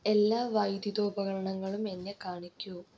എല്ലാ വൈദ്യുതോപകരണങ്ങളും എന്നെ കാണിക്കൂ